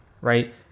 right